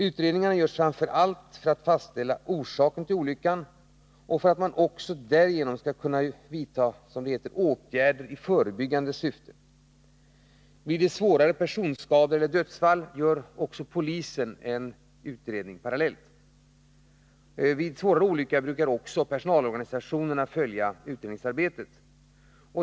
Utredningarna görs framför allt för att fastställa olycksorsaken och för att man därmed skall kunna vidta åtgärder i förebyggande syfte. Om en olycka medför svårare personskador eller dödsfall gör även polisen en parallell utredning. Vid svårare olyckor brukar även personalorganisationerna följa utredningsarbetet.